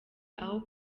aho